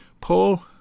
Paul